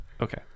Okay